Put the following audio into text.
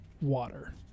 water